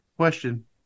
question